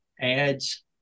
ads